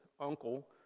uncle